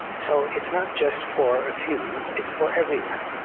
so it's not just for a few it's for everyone.